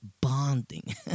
bonding